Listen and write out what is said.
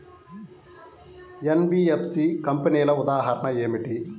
NBFC కంపెనీల ఉదాహరణ ఏమిటి?